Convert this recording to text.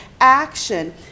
action